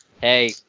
Hey